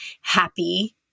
happy